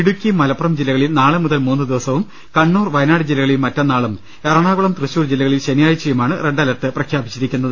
ഇടുക്കി മലപ്പുറം ജില്ലകളിൽ നാളെ മുതൽ മൂന്നു ദിവസവും കണ്ണൂർ വയനാട് ജില്ലകളിൽ മറ്റന്നാളും എറണാകുളം തൃശൂർ ജില്ലകളിൽ ശനിയാഴ്ചയുമാണ് റെഡ് അലർട്ട് പ്രഖ്യാപിച്ചിരിക്കുന്നത്